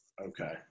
Okay